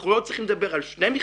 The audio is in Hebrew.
אנחנו לא צריכים לדבר על שני מכרזים,